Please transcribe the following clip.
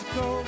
go